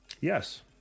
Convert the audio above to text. Yes